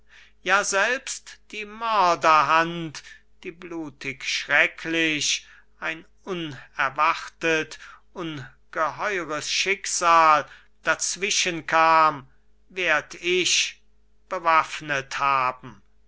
ja selbst die mörderhand die blutig schrecklich ein unerwartet ungeheures schicksal dazwischenkam werd ich bewaffnet haben